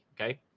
Okay